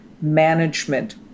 management